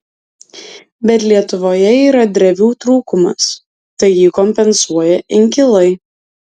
bet lietuvoje yra drevių trūkumas tai jį kompensuoja inkilai